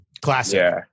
Classic